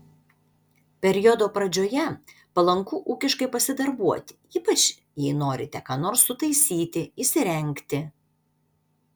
periodo pradžioje palanku ūkiškai pasidarbuoti ypač jei norite ką nors sutaisyti įsirengti